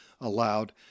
allowed